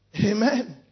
Amen